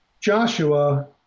Joshua